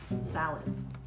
Salad